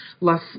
less